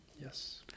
Yes